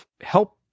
help